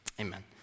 Amen